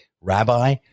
rabbi